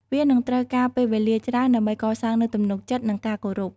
វានឹងត្រូវការពេលវេលាច្រើនដើម្បីកសាងនូវទំនុកចិត្តនិងការគោរព។